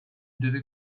devait